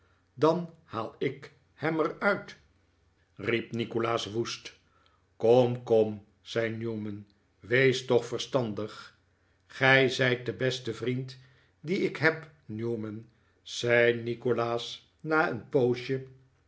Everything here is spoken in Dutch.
dan haal ik hem er uit riep nikolaas woest kom kom zei newman wees toch verstandig gij zijt de beste vriend dien ik heb newman zei nikolaas na een poosje